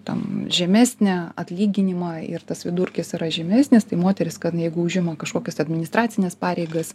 tam žemesnę atlyginimą ir tas vidurkis yra žemesnis tai moteris kad jeigu užima kažkokias administracines pareigas